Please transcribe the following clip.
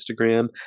Instagram